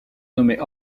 nommait